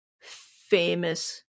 famous